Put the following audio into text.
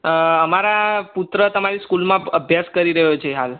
અ મારા પુત્ર તમારી સ્કૂલમાં ભ અભ્યાસ કરી રહ્યો છે હાલ